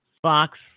Fox